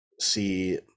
see